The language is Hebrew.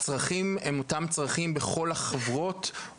הצרכים הם אותם צרכים בכל החברות,